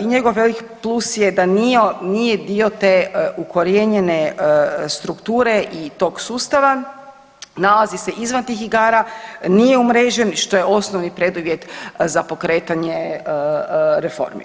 i njegov velik plus da nije dio te ukorijenjene strukture i tog sustava, nalazi se izvan tih igara, nije umrežen i što je osnovni preduvjet za pokretanje reformi.